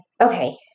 okay